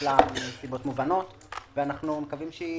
ואנחנו מקווים.